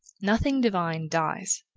nothing divine dies.